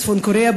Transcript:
צפון-קוריאה,